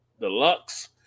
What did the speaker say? Deluxe